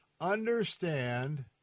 Understand